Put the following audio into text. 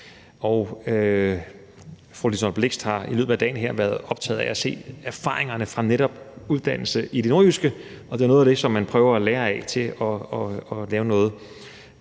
og fru Liselott Blixt har i løbet af dagen her været optaget af at se på erfaringerne fra netop uddannelse i det nordjyske, og det er noget af det, som man prøver at lære af til at lave noget,